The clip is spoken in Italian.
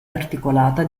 articolata